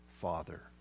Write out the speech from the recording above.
Father